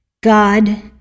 God